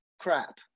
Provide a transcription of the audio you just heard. crap